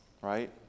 right